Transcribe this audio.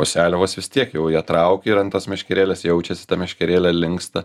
o seliavos vis tiek jau ją trauki ir ant tos meškerėlės jaučiasi ta meškerėlė linksta